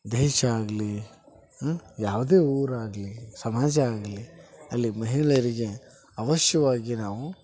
ದೇಶ ಆಗಲಿ ಯಾವುದೇ ಊರಾಗಲಿ ಸಮಾಜ ಆಗಲಿ ಅಲ್ಲಿ ಮಹಿಳೆಯರಿಗೆ ಅವಶ್ಯವಾಗಿ ನಾವು